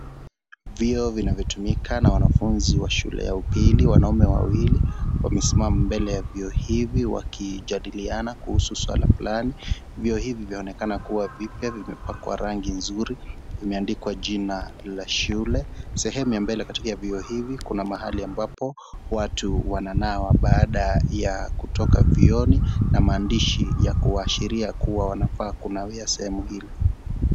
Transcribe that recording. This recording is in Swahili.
Vyoo vinavyotumika na wanafunzi wa shule ya upili. Wanaume wawili wamesimama mbele ya vyoo hivi wakijadiliana kuhusu swala fulani. Vyoo hivi vyaonekana kuwa vipya, vimepakwa rangi nzuri, vimeandikwa jina la shule. Sehemu ya mbele katika vyoo hivi kuna mahali ambapo watu wananawa baada ya kutoka vyooni na maandishi ya kuwaashiria kuwa wanafaa kunawia sehemu hili.